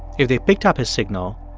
if they picked up his signal,